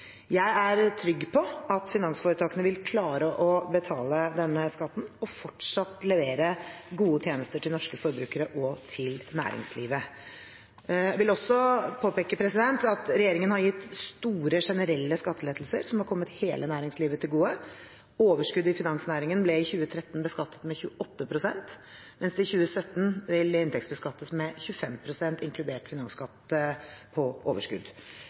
Jeg er trygg på at finansforetakene vil klare å betale denne skatten, og fortsatt levere gode tjenester til norske forbrukere og til næringslivet. Jeg vil også påpeke at regjeringen har gitt store generelle skattelettelser som har kommet hele næringslivet til gode. Overskuddet i finansnæringen ble i 2013 beskattet med 28 pst., mens det i 2017 vil inntektsbeskattes med 25 pst. inkludert finansskatt på overskudd.